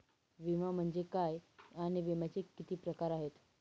विमा म्हणजे काय आणि विम्याचे किती प्रकार आहेत?